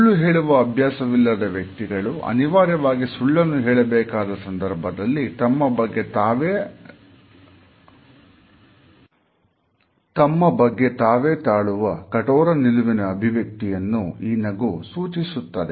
ಸುಳ್ಳು ಹೇಳುವ ಅಭ್ಯಾಸವಿಲ್ಲದ ವ್ಯಕ್ತಿಗಳು ಅನಿವಾರ್ಯವಾಗಿ ಸುಳ್ಳನ್ನು ಹೇಳಬೇಕಾದ ಸಂದರ್ಭದಲ್ಲಿ ತಮ್ಮ ಬಗ್ಗೆ ತಾವೇ ತಾಳುವ ಕಠೋರ ನಿಲುವಿನ ಅಭಿವ್ಯಕ್ತಿಯನ್ನು ಈ ನಗು ಸೂಚಿಸುತ್ತದೆ